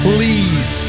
Please